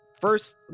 First